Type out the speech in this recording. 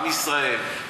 עם ישראל,